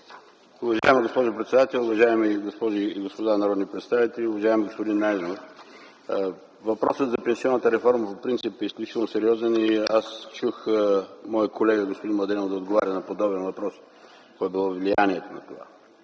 Уважаеми господин председател, уважаеми госпожи и господа народни представители, уважаеми господин Найденов! Въпросът за пенсионната реформа по принцип е изключително сериозен въпрос. Аз чух моят колега господин Младенов да отговаря на подобен въпрос – какво е било